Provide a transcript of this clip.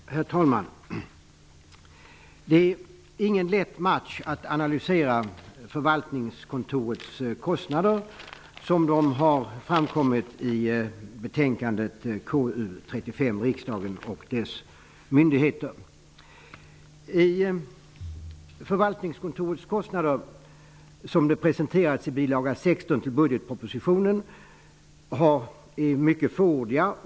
Herr talman! Det är inte någon lätt match att analysera förvaltningskontorets kostnader som dessa framgår av konstitutionsutskottets betänkande 1993/94:KU35 om riksdagen och dess myndigheter. I fråga om förvaltningskontorets kostnader är man, som dessa presenteras i bil. 16 till budgetpropositionen, mycket fåordig.